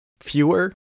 fewer